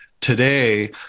today